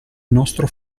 nostro